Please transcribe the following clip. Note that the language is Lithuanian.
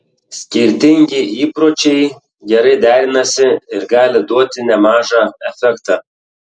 skirtingi įpročiai gerai derinasi ir gali duoti nemažą efektą